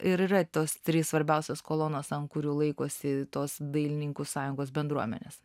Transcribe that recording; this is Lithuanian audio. yra tos trys svarbiausios kolonos ant kurių laikosi tos dailininkų sąjungos bendruomenės